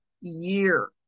year